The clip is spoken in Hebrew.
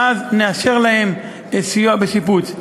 ואז נאשר להם סיוע בשיפוץ.